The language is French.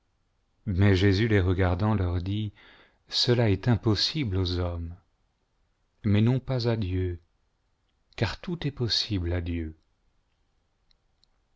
mais jésus les regardant leur dit cela est impossible aux hommes mais non pas à dieu car tout est possible à dieu